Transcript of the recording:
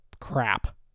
crap